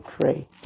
pray